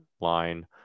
line